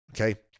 okay